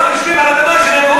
שם יושבים על האדמה שלהם,